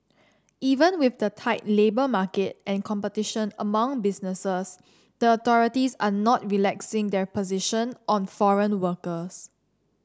even with the tight labour market and competition among businesses the authorities are not relaxing their position on foreign workers